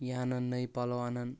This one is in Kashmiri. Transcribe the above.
یا انان نٔوۍ پلو انان